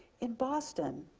in boston,